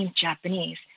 Japanese